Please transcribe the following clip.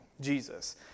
Jesus